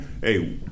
Hey